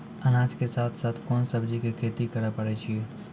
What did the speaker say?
अनाज के साथ साथ कोंन सब्जी के खेती करे पारे छियै?